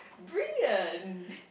brilliant